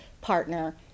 partner